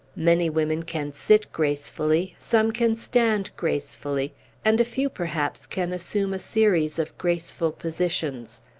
many women can sit gracefully some can stand gracefully and a few, perhaps, can assume a series of graceful positions.